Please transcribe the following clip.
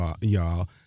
y'all